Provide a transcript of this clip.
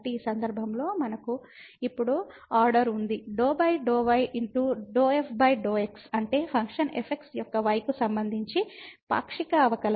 ఈ సందర్భంలో మనకు ఇప్పుడు ఆర్డర్ ఉంది ∂∂ y∂ f ∂ x అంటే ఫంక్షన్ fx యొక్క y కు సంబంధించి పాక్షిక అవకలనం